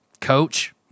Coach